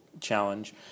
challenge